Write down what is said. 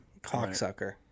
Cocksucker